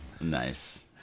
nice